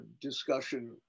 discussion